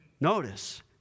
Notice